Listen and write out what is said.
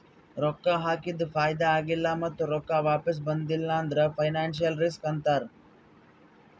ರೊಕ್ಕಾ ಹಾಕಿದು ಫೈದಾ ಆಗಿಲ್ಲ ಮತ್ತ ರೊಕ್ಕಾ ವಾಪಿಸ್ ಬಂದಿಲ್ಲ ಅಂದುರ್ ಫೈನಾನ್ಸಿಯಲ್ ರಿಸ್ಕ್ ಅಂತಾರ್